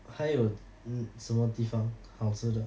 还有什么地方好吃的